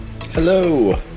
hello